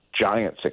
giant